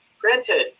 Granted